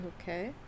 Okay